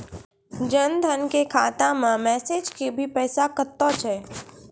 जन धन के खाता मैं मैसेज के भी पैसा कतो छ?